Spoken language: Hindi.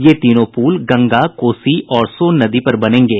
ये तीनों पुल गंगा कोसी और सोन नदी पर बनेंगे